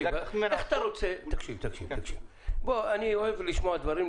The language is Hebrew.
אני אוהב לשמוע דברים,